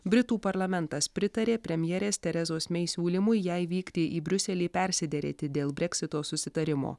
britų parlamentas pritarė premjerės terezos mei siūlymui jai vykti į briuselį persiderėti dėl breksito susitarimo